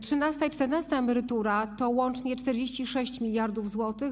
Trzynasta i czternasta emerytura to łącznie 46 mld zł.